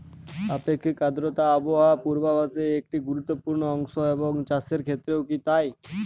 আপেক্ষিক আর্দ্রতা আবহাওয়া পূর্বভাসে একটি গুরুত্বপূর্ণ অংশ এবং চাষের ক্ষেত্রেও কি তাই?